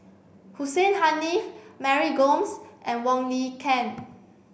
Hussein Haniff Mary Gomes and Wong Lin Ken